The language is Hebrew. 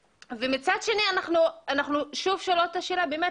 מצד שני אנחנו שוב שואלות את השאלה באמת,